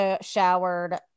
showered